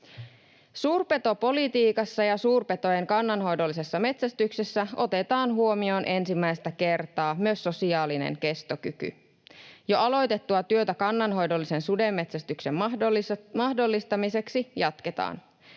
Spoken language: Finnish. Suurpetopolitiikassa ja suurpetojen kannanhoidollisessa metsästyksessä otetaan huomioon ensimmäistä kertaa myös sosiaalinen kestokyky. Jo aloitettua työtä kannanhoidollisen sudenmetsästyksen mahdollistamiseksi jatketaan.